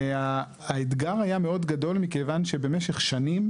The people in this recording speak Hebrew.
שהאתגר היה מאוד גדול מכיוון שבמשך שנים,